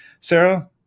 Sarah